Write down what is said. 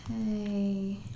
Okay